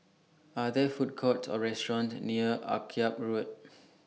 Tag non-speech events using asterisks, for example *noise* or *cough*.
Are There Food Courts Or restaurants near Akyab Road *noise*